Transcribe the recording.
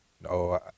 no